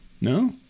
No